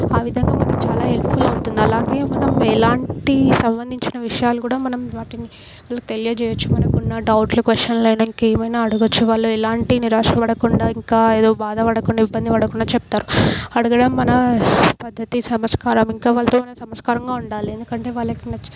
ఆ విధంగా మనకి చాలా హెల్ప్ అవుతుంది అలాగే మనం ఎలాంటి సంబంధించిన విషయాలు కూడా మనం వాటిని వాళ్ళకు తెలియజేయవచ్చు మనకున్న డౌట్లు క్వశ్చన్లైనా ఇంకేమైనా అడగవచ్చు వాళ్ళు ఎలాంటి నిరాశపడకుండా ఇంకా ఎదో బాధపడకుండా ఇబ్బంది పడకుండా చెప్తారు అడగడం మన పద్ధతి సంస్కారం ఇంకా వాళ్ళతో కూడా సంస్కారంగా ఉండాలి ఎందుకంటే వాళ్ళకు నచ్చి